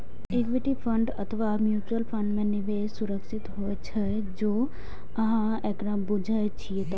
equity fund अथवा mutual fund मे निवेश सुरक्षित होइ छै, जौं अहां एकरा बूझे छियै तब